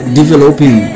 developing